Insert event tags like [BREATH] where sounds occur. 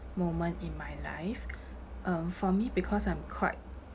moment in my life [BREATH] um for me because I'm quite